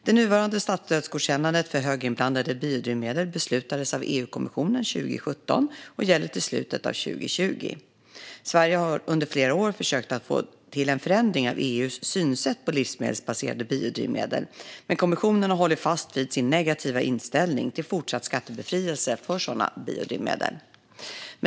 Det nuvarande statsstödsgodkännandet för höginblandade biodrivmedel beslutades av EU-kommissionen 2017 och gäller till slutet av 2020. Sverige har under flera år försökt att få till en förändring i EU:s synsätt på livsmedelsbaserade biodrivmedel, men kommissionen har hållit fast vid sin negativa inställning till fortsatt skattebefrielse för sådana biodrivmedel.